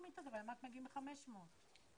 לשלב עוד שלושה מרכזים נוספים בשביל לקלוט את ה-800 איש,